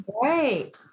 Great